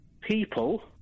people